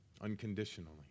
unconditionally